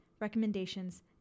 recommendations